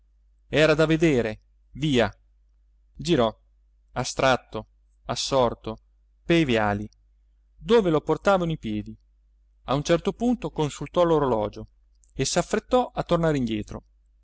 era da vedere via girò astratto assorto pe viali dove lo portavano i piedi a un certo punto consultò l'orologio e s'affrettò a tornare indietro